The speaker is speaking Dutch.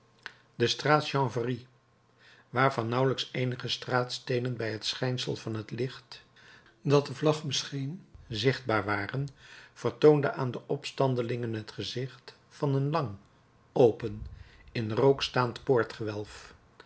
de straat chanvrerie waarvan nauwelijks eenige straatsteenen bij het schijnsel van het licht dat de vlag bescheen zichtbaar waren vertoonde aan de opstandelingen het gezicht van een lang open in rook staand